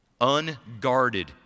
Unguarded